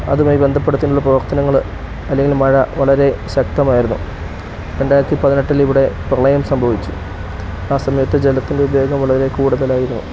അതുമായി ബന്ധപ്പെടുത്തിയുള്ള പ്രവർത്തനങ്ങൾ അല്ലെങ്കിൽ മഴ വളരെ ശക്തമായിരുന്നു രണ്ടായിരത്തി പതിനെട്ടിൽ ഇവിടെ പ്രളയം സംഭവിച്ചു ആ സമയത്ത് ജലത്തിൻ്റെ ഉപയോഗം വളരെ കൂടുതലായിരുന്നു